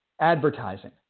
advertising